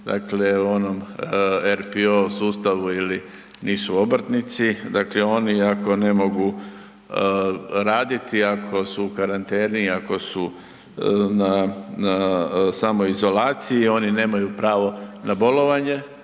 dakle u onom RPO sustavu ili nisu obrtnici, dakle oni ako ne mogu raditi, ako su u karanteni, ako su na, na samoizolaciji, oni nemaju pravo na bolovanje,